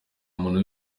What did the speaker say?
muntu